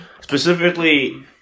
specifically